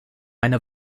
eine